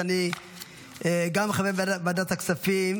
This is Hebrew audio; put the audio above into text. שאני גם חבר בוועדת הכספים,